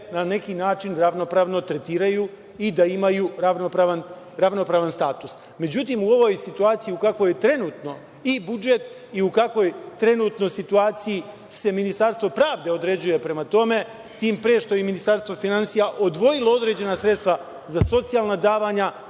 na neki način ravnopravno tretiraju i da imaju ravnopravan status. Međutim, u ovoj situaciji u kakvoj je trenutno i budžet i u kakvoj trenutnoj situaciji se Ministarstvo pravde određuje prema tome, tim pre što je Ministarstvo finansija odvojilo određena sredstva za socijalna davanja,